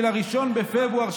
1 בפברואר,